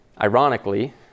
Ironically